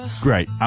Great